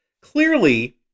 clearly